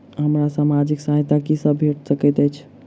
हमरा सामाजिक सहायता की सब भेट सकैत अछि?